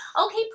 Okay